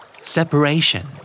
Separation